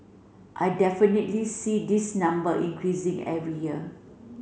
I definitely see this number increasing every year